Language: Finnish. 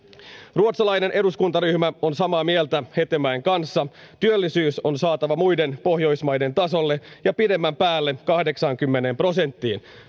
ruotsalainen eduskuntaryhmä on samaa mieltä hetemäen kanssa työllisyys on saatava muiden pohjoismaiden tasolle ja pidemmän päälle kahdeksaankymmeneen prosenttiin